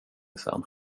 sedan